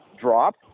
drop